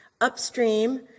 Upstream